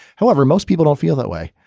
however, most people don't feel that way.